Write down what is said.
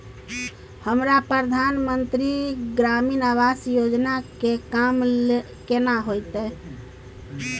हमरा प्रधानमंत्री ग्रामीण आवास योजना के काम केना होतय?